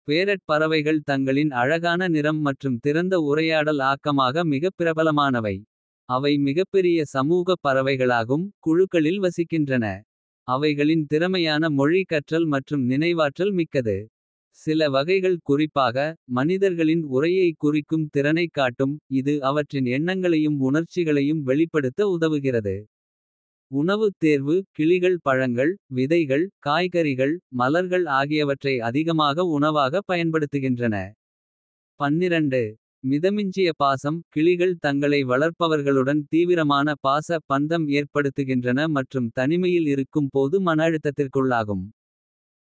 பேரட் பறவைகள் தங்களின் அழகான நிறம் மற்றும் திறந்த. உரையாடல் ஆக்கமாக மிகப் பிரபலமானவை. அவை மிகப்பெரிய சமூகப் பறவைகளாகும். குழுக்களில் வசிக்கின்றன அவைகளின் திறமையான. மொழி கற்றல் மற்றும் நினைவாற்றல் மிக்கது. சில வகைகள் குறிப்பாக மனிதர்களின் உரையை. குறிக்கும் திறனைக் காட்டும் இது அவற்றின். எண்ணங்களையும் உணர்ச்சிகளையும் வெளிப்படுத்த உதவுகிறது.